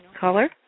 Caller